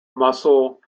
muscle